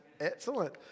Excellent